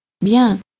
Bien